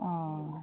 অঁ